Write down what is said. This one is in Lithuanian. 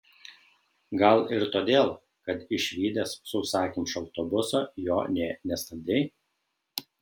gal ir todėl kad išvydęs sausakimšą autobusą jo nė nestabdei